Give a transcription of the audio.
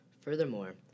Furthermore